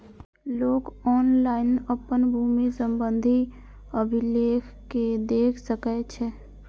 लोक ऑनलाइन अपन भूमि संबंधी अभिलेख कें देख सकै छै